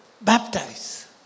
baptize